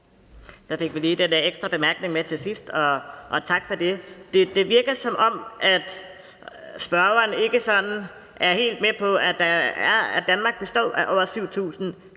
Der fik vi lige den der ekstra bemærkning med til sidst, og tak for det. Det virker, som om spørgeren ikke sådan er helt med på, at Danmark har over 7.000